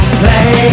play